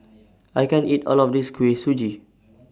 I can't eat All of This Kuih Suji